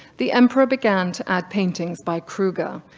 the emperor began to add paintings by kruger,